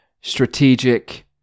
strategic